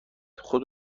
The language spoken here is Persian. خود